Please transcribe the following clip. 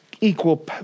equal